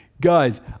Guys